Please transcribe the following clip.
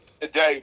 Today